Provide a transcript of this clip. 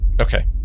Okay